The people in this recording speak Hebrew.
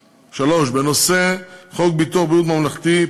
3. בנושא: חוק ביטוח בריאות ממלכתי,